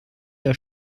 jahr